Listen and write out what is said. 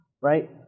right